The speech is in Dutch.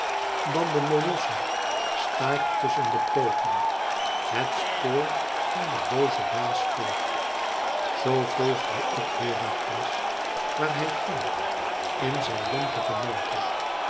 dan de molosser staart tusschen de pooten het spoor van den boozen baas volgt zoo volgde ik herakles waar hij ging in zijn lompigen